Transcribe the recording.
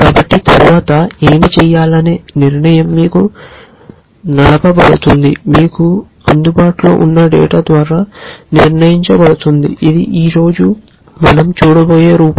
కాబట్టి తరువాత ఏమి చేయాలనే నిర్ణయం మీకు నడపబడుతుంది మీకు అందుబాటులో ఉన్న డేటా ద్వారా నిర్ణయించబడుతుంది ఇది ఈ రోజు మనం చూడబోయే రూపం